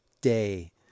day